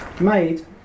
Made